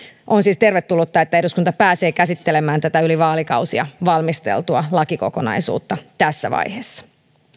on siis tervetullutta että eduskunta pääsee käsittelemään tätä yli vaalikausien valmisteltua lakikokonaisuutta tässä vaiheessa